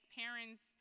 parents